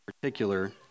particular